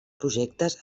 projectes